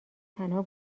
تنها